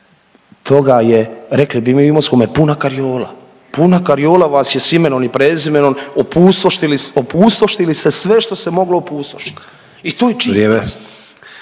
toga je, rekli bi mi u Imotskome, puna kariola. Puna kariola vas je sa imenom i prezimenom, opustoši li se sve što se moglo opustošiti i to je …